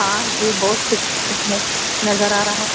ہاں جی بہت فٹ فٹنیس نظر آ رہا ہے